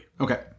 Okay